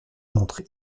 montre